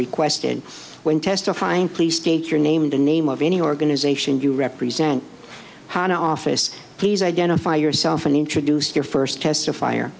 requested when testifying please state your name the name of any organization you represent hon office please identify yourself and introduce your first test of fire